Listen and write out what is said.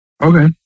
Okay